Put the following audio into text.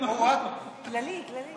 כללי, כללי.